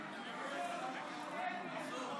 לך.